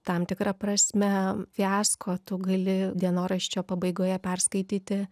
tam tikra prasme fiasko tu gali dienoraščio pabaigoje perskaityti